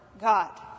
God